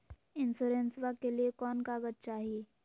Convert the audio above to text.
इंसोरेंसबा के लिए कौन कागज चाही?